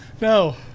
No